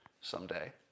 someday